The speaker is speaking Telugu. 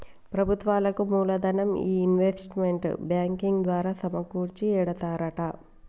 ప్రభుత్వాలకు మూలదనం ఈ ఇన్వెస్ట్మెంట్ బ్యాంకింగ్ ద్వారా సమకూర్చి ఎడతారట